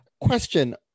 Question